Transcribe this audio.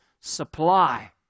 supply